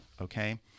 okay